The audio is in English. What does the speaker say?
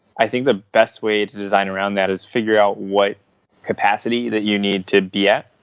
i think the best way to design around that is figure out what capacity that you need to be at,